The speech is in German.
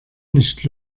nicht